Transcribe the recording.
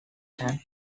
can